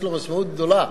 יש לו משמעות גדולה.